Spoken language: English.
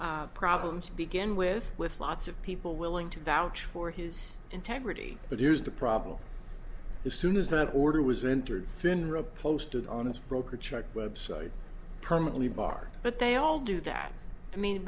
problems begin with with lots of people willing to vouch for his integrity but here's the problem is soon as that order was entered finra posted on its broker check website permanently bar but they all do that i mean